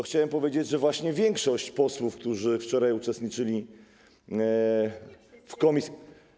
Chciałem powiedzieć, że właśnie większość posłów, którzy wczoraj uczestniczyli w posiedzeniu komisji.